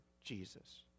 Jesus